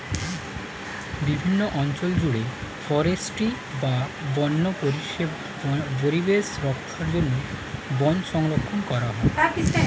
বিভিন্ন অঞ্চল জুড়ে ফরেস্ট্রি বা বন্য পরিবেশ রক্ষার জন্য বন সংরক্ষণ করা হয়